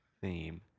theme